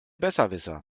besserwisser